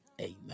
Amen